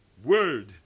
word